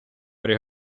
при